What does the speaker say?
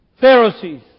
Pharisees